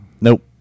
Nope